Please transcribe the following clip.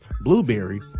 Blueberry